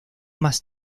más